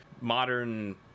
modern